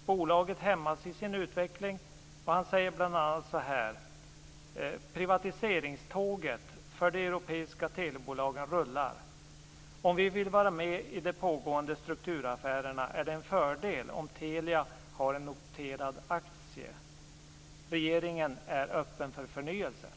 att bolaget hämmas i sin utveckling. Han säger bl.a. så här: "Privatiseringståget för de europeiska telebolagen rullar -. Om vi vill vara med i de pågående strukturaffärerna är det en fördel om Telia har en noterad aktie. - regeringen är öppen för förnyelse."